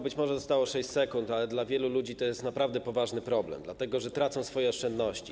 Być może zostało 6 sekund, ale dla wielu ludzi to jest naprawdę poważny problem, dlatego że tracą swoje oszczędności.